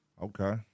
Okay